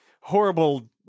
horrible